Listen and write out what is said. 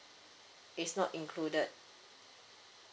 it's not included